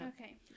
okay